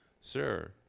Sir